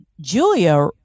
Julia